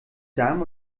damen